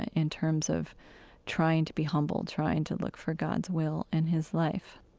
ah in terms of trying to be humble, trying to look for god's will in his life